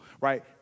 right